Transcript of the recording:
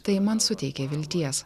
tai man suteikė vilties